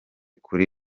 kuri